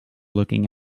looking